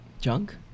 Junk